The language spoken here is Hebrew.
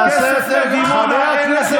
אתה כל הזמן משקר, כל הזמן משקר.